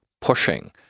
pushing